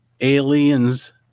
Aliens